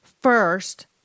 first